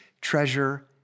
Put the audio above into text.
treasure